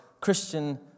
Christian